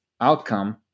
outcome